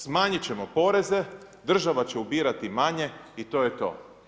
Smanjit ćemo poreze, država će ubirati manje i to je to.